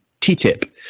TTIP